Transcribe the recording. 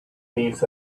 thieves